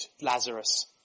Lazarus